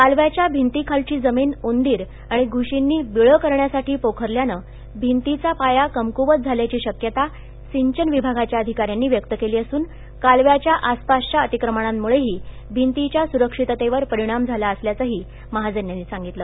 काल या या भिंतीखालची जमीन उंदीर आणि घुश नी बिळं कर यासाठी पोखर यानं भिंतीचा पाया कमक्वत झा याची श यता सिंचन विभागा या अधिका यांनी य केली असून काल या या आसपास या अति मणांमुळेही भिंती या सुरी ततेवर प रणाम झाला अस याचंही महाजन यांनी सांगितलं